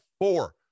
four